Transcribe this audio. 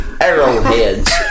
arrowheads